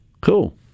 Cool